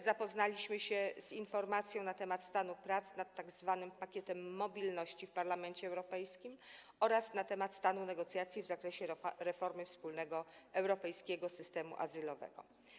Zapoznaliśmy się także z informacją na temat stanu prac nad tzw. pakietem mobilności w Parlamencie Europejskim oraz na temat stanu negocjacji w zakresie reformy wspólnego europejskiego systemu azylowego.